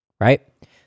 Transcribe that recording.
right